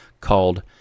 called